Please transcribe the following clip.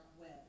web